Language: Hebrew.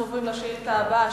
אנחנו עוברים לשאילתא הבאה,